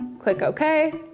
click ok.